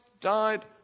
died